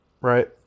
right